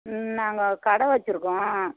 நாங்கள் கடை வச்சிருக்கோம்